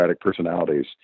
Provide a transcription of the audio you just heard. personalities